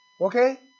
Okay